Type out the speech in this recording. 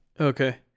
okay